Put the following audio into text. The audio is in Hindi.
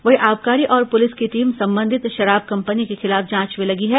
वहीं आबकारी और पुलिस की टीम संबंधित शराब कंपनी के खिलाफ जांच में लगी है